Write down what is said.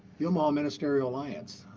the omaha ministerial alliance,